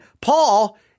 Paul